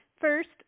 First